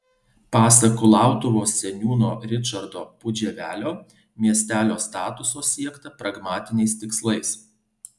pasak kulautuvos seniūno ričardo pudževelio miestelio statuso siekta pragmatiniais tikslais